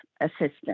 assistance